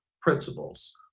principles